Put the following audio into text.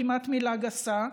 כמעט מילה גסה.